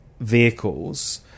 vehicles